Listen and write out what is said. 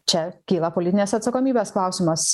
čia kyla politinės atsakomybės klausimas